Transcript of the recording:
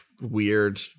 weird